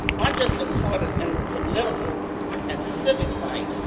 aren't just important in the political and civic life